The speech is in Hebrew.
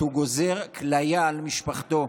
הוא גוזר כליה על משפחתו,